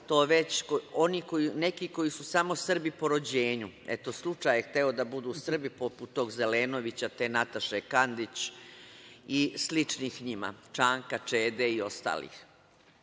to već, neki koji su samo Srbi po rođenju, eto slučaj je hteo da budu Srbi poput tog Zelenovića, te Nataše Kandić i sličnih njima, Čanka, Čede i ostalih. Mi